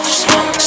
smoke